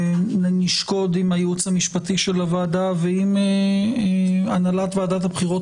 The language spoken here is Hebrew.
נשקוד עם הייעוץ המשפטי של הוועדה ועם הנהלת ועדת הבחירות